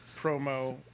promo